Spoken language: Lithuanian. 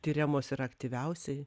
tiriamos ir aktyviausiai